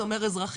זה אומר אזרחיה,